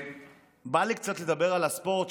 בא לי קצת לדבר על הספורט.